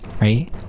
right